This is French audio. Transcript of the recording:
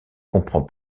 comprend